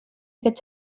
aquest